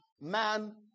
man